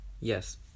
Yes